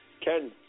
Ken